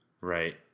Right